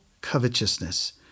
covetousness